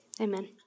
Amen